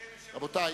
רבותי,